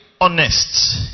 honest